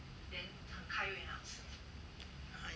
!wah! sounds damn good deal sia I want